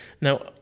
Now